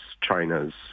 China's